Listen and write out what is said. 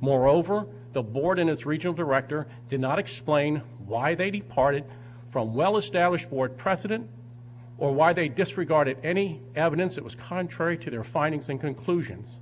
moreover the board and its regional director did not explain why they departed from well established board president or why they do regard it any evidence that was contrary to their findings and conclusions